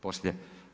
Poslije.